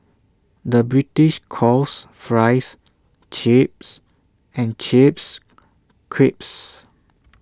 the British calls Fries Chips and Chips Crisps